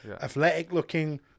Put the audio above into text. athletic-looking